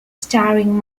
starring